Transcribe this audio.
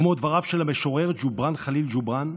כמו דבריו של המשורר ג'ובראן ח'ליל ג'ובראן,